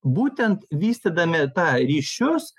būtent vystydami tą ryšius